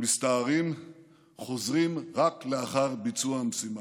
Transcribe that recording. מסתערים וחוזרים רק לאחר ביצוע המשימה.